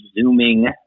zooming